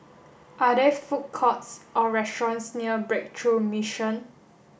are there food courts or restaurants near Breakthrough Mission